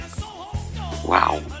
Wow